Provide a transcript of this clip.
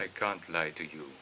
i can't lie to you